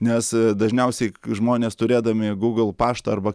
nes dažniausiai žmonės turėdami gūgl paštą arba